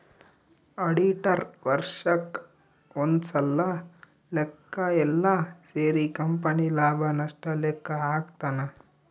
auditor ವರ್ಷಕ್ ಒಂದ್ಸಲ ಲೆಕ್ಕ ಯೆಲ್ಲ ಸೇರಿ ಕಂಪನಿ ಲಾಭ ನಷ್ಟ ಲೆಕ್ಕ ಹಾಕ್ತಾನ